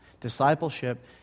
Discipleship